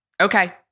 Okay